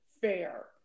fair